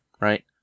right